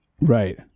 Right